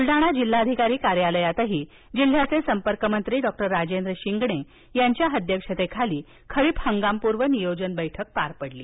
बुलडाणा जिल्हाधिकारी कार्यालयातही जिल्ह्याचे संपर्कमंत्री डॉक्टर राजेंद्र शिंगणे यांच्या अध्यक्षतेखाली खरीप हंगामपूर्व नियोजन बैठक पार पडली